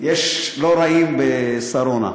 יש לא רעים בשרונה.